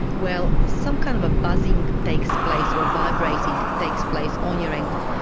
well, some kind of a buzzing takes place, or a vibrating takes place on your ankle.